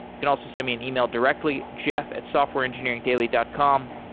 you can also send me an e-mail directly, jeff at softwareengineeringdaily dot com.